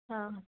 ஆ